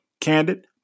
candid